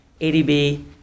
ADB